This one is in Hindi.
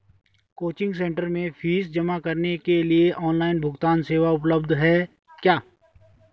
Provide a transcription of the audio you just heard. कोचिंग सेंटर में फीस जमा करने के लिए ऑनलाइन भुगतान सेवा उपलब्ध है क्या?